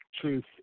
truth